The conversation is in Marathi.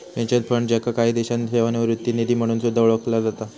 पेन्शन फंड, ज्याका काही देशांत सेवानिवृत्ती निधी म्हणून सुद्धा ओळखला जाता